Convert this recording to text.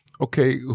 okay